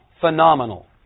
Phenomenal